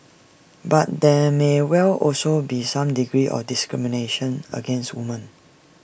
but there may well also be some degree of discrimination against women